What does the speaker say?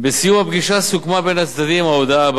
בסיום הפגישה סוכמה בין הצדדים ההודעה הבאה,